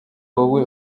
wowe